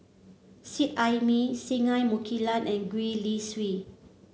Seet Ai Mee Singai Mukilan and Gwee Li Sui